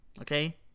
okay